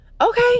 okay